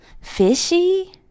fishy